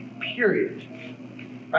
period